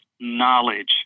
knowledge